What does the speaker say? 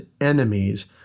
enemies